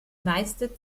meiste